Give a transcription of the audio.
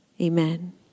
amen